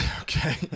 Okay